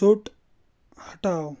ژوٚٹ ہٹاو